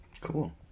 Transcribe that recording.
Cool